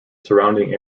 surrounding